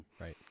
right